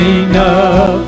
enough